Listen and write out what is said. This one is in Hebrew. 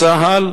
מצה"ל